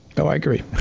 oh, i agree,